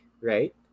right